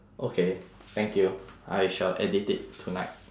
okay thank you I shall edit it tonight